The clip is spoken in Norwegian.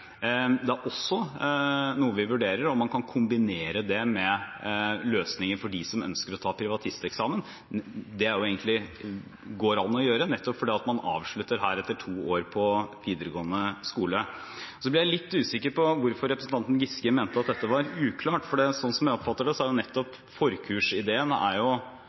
Vi vurderer også om man kan kombinere det med løsninger for dem som ønsker å ta privatisteksamen. Det går an å gjøre, nettopp fordi man avslutter etter to år på videregående skole. Jeg ble litt usikker på hvorfor representanten Giske mente at dette var uklart, for som jeg oppfatter det, er nettopp forkursideen